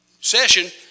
session